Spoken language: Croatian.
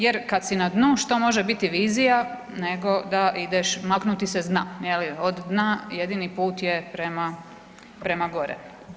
Jer kad si na dnu što može biti vizija nego da ideš maknuti se s dna, je li od dna jedini put je prema gore.